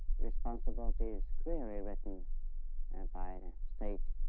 responsibility is clearly written and by state